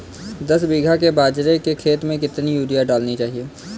दस बीघा के बाजरे के खेत में कितनी यूरिया डालनी चाहिए?